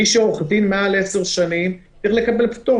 מי שהוא עורך דין מעל 10 שנים צריך לקבל פטור,